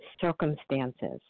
circumstances